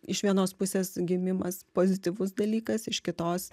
iš vienos pusės gimimas pozityvus dalykas iš kitos